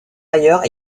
ailleurs